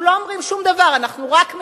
אנחנו לא אומרים שום דבר, אנחנו רק מגינים.